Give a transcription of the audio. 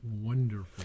wonderful